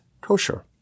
kosher